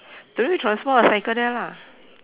don't need transport ah cycle there lah